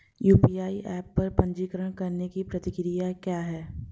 UPI app पर पंजीकरण करने की प्रक्रिया क्या है?